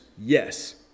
Yes